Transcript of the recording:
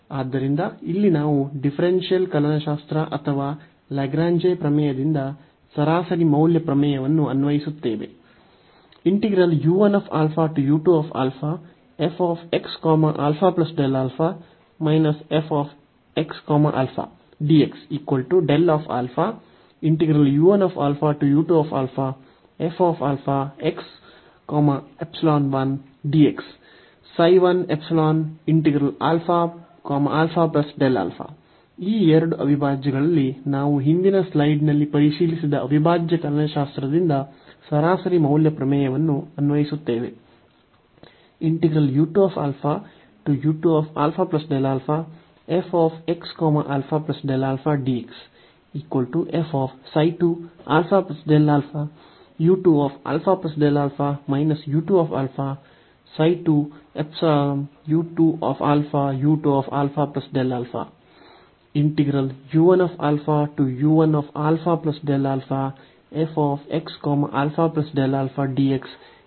ಆದ್ದರಿಂದ ಇಲ್ಲಿ ನಾವು ಡಿಫರೆನ್ಷಿಯಲ್ ಕಲನಶಾಸ್ತ್ರ ಅಥವಾ ಲಾಗ್ರೇಂಜ್ ಪ್ರಮೇಯದಿಂದ ಸರಾಸರಿ ಮೌಲ್ಯ ಪ್ರಮೇಯವನ್ನು ಅನ್ವಯಿಸುತ್ತೇವೆ ಈ ಎರಡು ಅವಿಭಾಜ್ಯಗಳಲ್ಲಿ ನಾವು ಹಿಂದಿನ ಸ್ಲೈಡ್ನಲ್ಲಿ ಪರಿಶೀಲಿಸಿದ ಅವಿಭಾಜ್ಯ ಕಲನಶಾಸ್ತ್ರದಿಂದ ಸರಾಸರಿ ಮೌಲ್ಯ ಪ್ರಮೇಯವನ್ನು ಅನ್ವಯಿಸುತ್ತೇವೆ